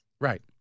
Right